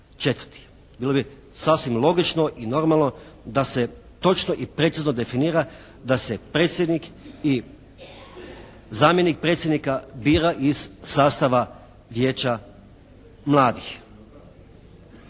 Bilo bi sasvim logično i normalno da se točno i precizno definira da se predsjednik i zamjenik predsjednika bira iz sastava Vijeća mladih.